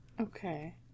Okay